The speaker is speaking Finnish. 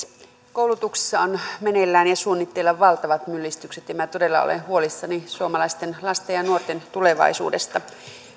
koulutuksessa on meneillään ja suunnitteilla valtavat mullistukset ja minä todella olen huolissani suomalaisten lasten ja nuorten tulevaisuudesta